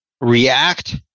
react